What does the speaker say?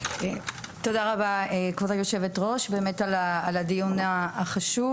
תודה רבה כבוד היושבת ראש באמת על הדיון החשוב,